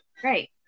Great